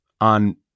on